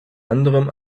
anderem